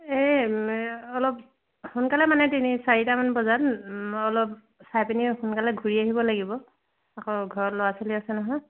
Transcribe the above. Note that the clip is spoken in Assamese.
এই অলপ সোনকালে মানে তিনি চাৰিটামান বজাত অলপ চাই পিনি সোনকালে ঘূৰি আহিব লাগিব আকৌ ঘৰত ল'ৰা ছোৱালী আছে নহয়